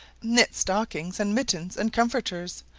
knitting stockings and mittens and comforters,